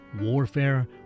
warfare